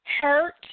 hurt